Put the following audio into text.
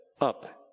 up